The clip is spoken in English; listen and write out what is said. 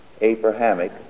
Abrahamic